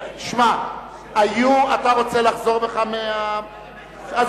שמע, אתה רוצה לחזור בך, לא.